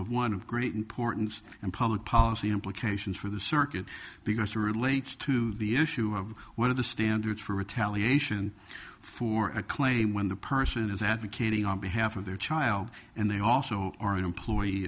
of one of great importance and public policy implications for the circuit because it relates to the issue of what are the standards for retaliation for a claim when the person is advocating on behalf of their child and they also are an employee